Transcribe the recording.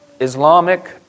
Islamic